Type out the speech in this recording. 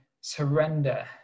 surrender